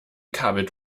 kabel